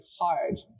hard